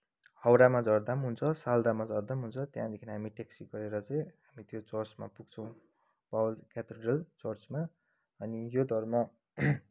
हाउडामा झर्दा पनि हुन्छ स्यालदामा झर्दा पनि हुन्छ त्यहाँदेखि हामी ट्याक्सी गरेर चाहिँ हामी त्यो चर्चमा पुग्छौँ पावल केथेड्रल चर्चमा अनि यो धर्म